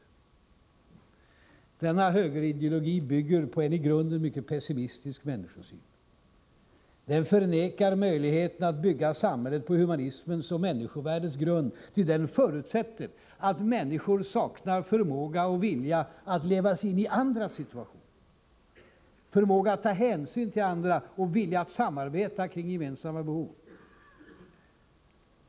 Denna högerideologi bygger på en i grunden mycket pessimistisk människosyn. Den förnekar möjligheten att bygga samhället på humanismens och människovärdets grund. Den förutsätter att människorna saknar förmåga och vilja att leva sig in i andras situation, förmåga att ta hänsyn till andra och vilja att samarbeta kring gemensamma behov.